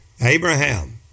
Abraham